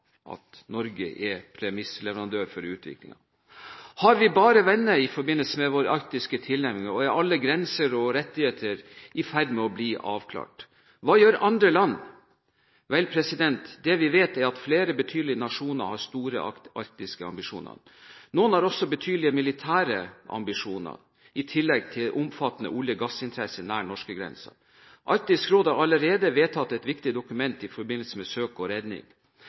at Norge er premissleverandør for utviklingen. Har vi bare venner i forbindelse med vår arktiske tilnærming? Og er alle grenser og rettigheter i ferd med å bli avklart? Hva gjør andre land? Det vi vet er at flere betydelige nasjoner har store arktiske ambisjoner. Noen har også betydelige militære ambisjoner i tillegg til omfattende olje- og gassinteresser nær norskegrensen. Arktisk Råd har allerede vedtatt et viktig dokument i forbindelse med søk og redning.